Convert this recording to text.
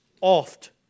oft